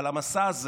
אבל המסע הזה